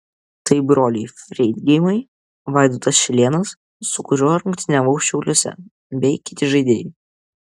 tai broliai freidgeimai vaidotas šilėnas su kuriuo rungtyniavau šiauliuose bei kiti žaidėjai